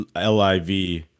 LIV